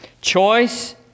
Choice